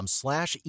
slash